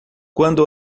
quando